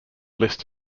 list